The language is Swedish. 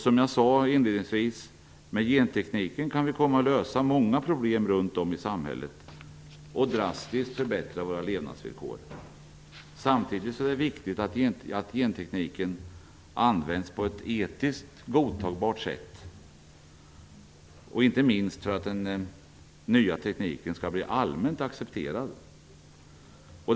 Som jag sade inledningsvis kan vi med gentekniken komma att lösa många problem runt om i samhället och drastiskt förbättra våra levnadsvillkor. Samtidigt är det viktigt att gentekniken används på ett etiskt godtagbart sätt, inte minst för att den nya tekniken skall bli allmänt accepterad.